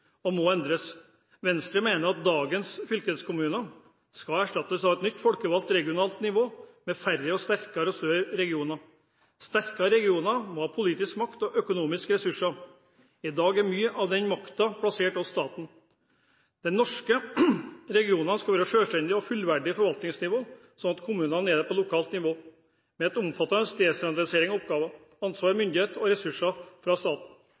og må endres. Venstre mener at dagens fylkeskommuner skal erstattes av et nytt folkevalgt regionalt nivå med færre og sterkere og større regioner. Sterke regioner må ha politisk makt og økonomiske ressurser. I dag er mye av den makten plassert hos staten. De norske regionene skal være et selvstendig og fullverdig forvaltningsnivå, slik kommunene er det på lokalt nivå, med omfattende desentralisering av oppgaver, ansvar, myndighet og ressurser fra staten.